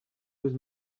was